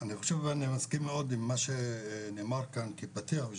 מסכים מאוד עם מה שנאמר כאן כפתיח,